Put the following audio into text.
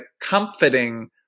comforting